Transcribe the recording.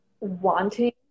wanting